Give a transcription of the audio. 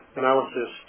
analysis